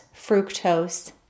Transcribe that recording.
fructose